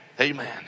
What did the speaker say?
amen